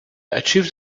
achieved